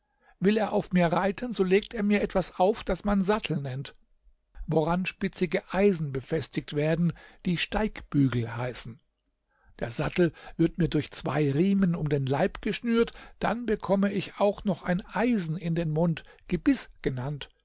will er auf mir reiten so legt er mir etwas auf das man sattel nennt woran spitzige eisen befestigt werden die steigbügel heißen der sattel wird mir durch zwei riemen um den leib geschnürt dann bekomme ich auch noch ein eisen in den mund gebiß genannt